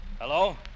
Hello